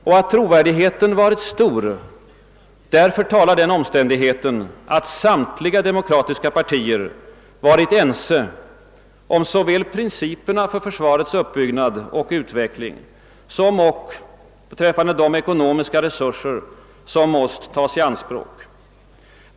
Och att trovärdigheten varit stor, därför talar den omständigheten, att samtliga demokratiska partier varit ense om såväl principerna för för svarets uppbyggnad och utveckling som ock beträffande de ekonomiska resurser som måst tas i anspråk.